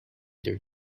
their